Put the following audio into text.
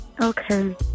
Okay